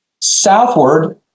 Southward